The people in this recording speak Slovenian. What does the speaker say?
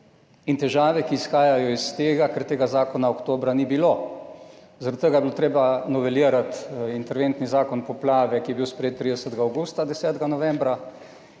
Težave, ki izhajajo iz tega, ker tega zakona oktobra ni bilo, zaradi tega je bilo treba novelirati interventni zakon o poplavah, ki je bil sprejet 30. avgusta, 10. novembra,